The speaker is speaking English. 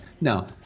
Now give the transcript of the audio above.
no